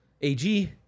AG